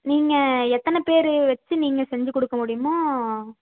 நீங்கள் எத்தனை பேர் வச்சு நீங்கள் செஞ்சு கொடுக்க முடியுமோ